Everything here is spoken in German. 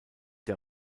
der